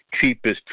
cheapest